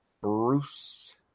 Bruce